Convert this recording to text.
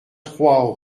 trois